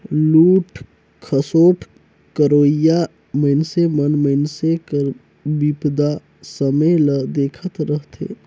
लूट खसोट करोइया मइनसे मन मइनसे कर बिपदा समें ल देखत रहथें